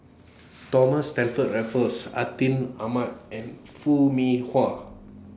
Thomas Stamford Raffles Atin Amat and Foo Mee Hua